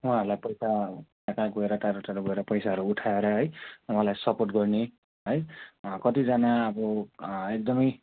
उहाँहरूलाई पैसा कहाँ कहाँ गएर टाढो टाढो गएर पैसाहरू उठाएर है उहाँहरूलाई सपोर्ट गर्ने है कतिजना अब एकदमै